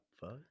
fuck